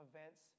events